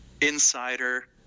insider